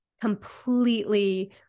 completely